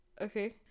okay